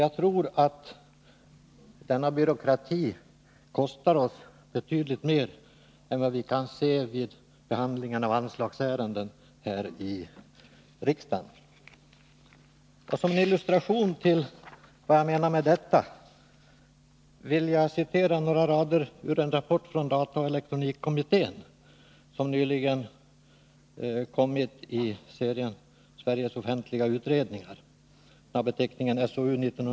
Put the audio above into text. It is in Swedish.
Jag tror att denna byråkrati kostar oss betydligt mer än vad vi kan se vid behandlingen av'anslagsärenden här i riksdagen. Som en illustration till vad jag menar vill jag citera några rader ur en rapport från dataoch elektronikkommittén som nyligen kommit .